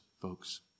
folks